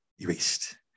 erased